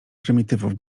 prymitywów